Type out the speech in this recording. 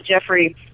Jeffrey